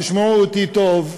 תשמעו אותי טוב,